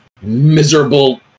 miserable